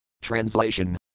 Translation